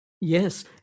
yes